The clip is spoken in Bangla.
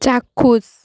চাক্ষুষ